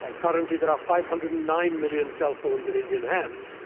ah currently there are five hundred and nine million cellphones in indian hands,